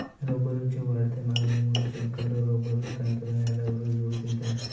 रबरच्या वाढत्या मागणीमुळे सरकार रबर तंत्रज्ञानावर जोर देत आहे